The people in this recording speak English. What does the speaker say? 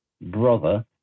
brother